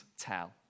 tell